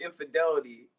infidelity